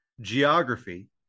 geography